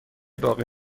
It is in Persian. باقی